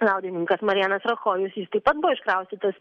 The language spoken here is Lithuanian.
liaudininkas marijanas rachojus jis taip pat buvo iškraustytas